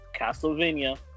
Castlevania